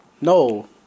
No